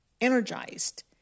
energized